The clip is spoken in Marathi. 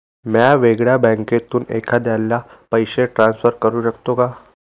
म्या वेगळ्या बँकेतून एखाद्याला पैसे ट्रान्सफर करू शकतो का?